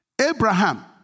Abraham